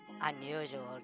unusual